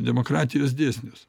demokratijos dėsnius